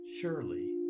Surely